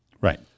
Right